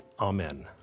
Amen